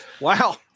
Wow